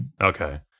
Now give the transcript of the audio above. Okay